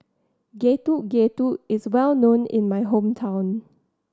Getuk Getuk is well known in my hometown